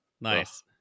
Nice